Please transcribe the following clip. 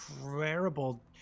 terrible